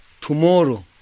Tomorrow